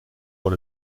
dans